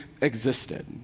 existed